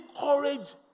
courage